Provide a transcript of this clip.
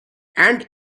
and